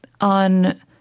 on –